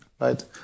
Right